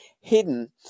Hidden